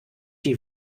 die